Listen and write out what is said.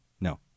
No